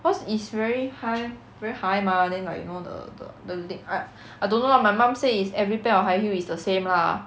was is very high very high mah then like you know the the the leg I don't know lah my mum say is every part of high heel is the same lah